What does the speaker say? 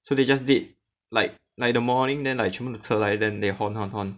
so they just did like like the morning then like 全部的车来 then honk honk honk